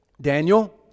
Daniel